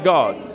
God